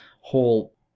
whole